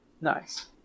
Nice